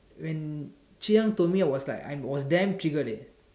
when Zhi-Yang told me I was like I was damm triggered eh